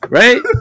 right